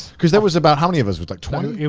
cause there was about, how many of us was like twenty?